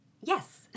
Yes